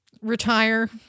retire